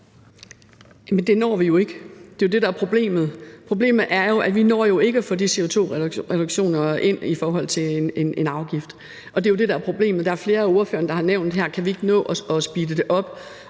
det når vi jo ikke – det er det, der er problemet. Problemet er, at vi ikke når at få de CO2-reduktioner ind i forhold til en afgift. Det er det, der er problemet. Der er flere af ordførerne, der har nævnt det her med, om vi ikke kan nå at speede det op.